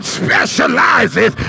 specializes